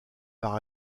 par